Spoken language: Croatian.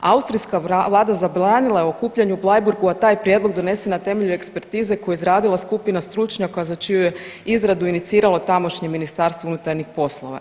Austrijska vlada zabranila je okupljanje u Bleigurgu, a taj prijedlog donesen je na temelju ekspertize koji je izradila skupina stručnjaka za čiju je izradu iniciralo tamošnje Ministarstvo unutarnjih poslova.